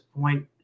point